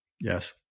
Yes